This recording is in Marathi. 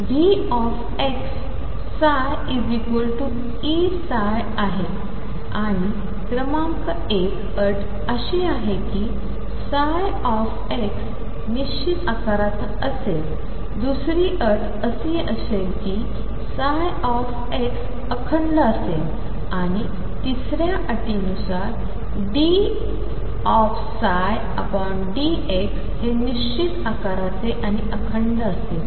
आणि क्रमांक १ अट अशी आहे कि ψ निश्चित आकाराचा असेल दुसरी अट अशी असेल कि ψ अखंड असेल आणि तिसऱ्या अटीनुसार dψdx हे निश्चित आकाराचे आणि अखंड असेल